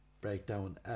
Breakdown